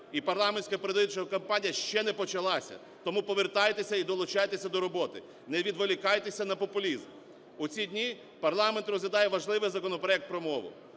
і парламентська передвиборча кампанія ще не почалася. Тому повертайтеся і долучайтеся до роботи, не відволікайтеся на популізм. У ці дні парламент розглядає важливий законопроект про мову,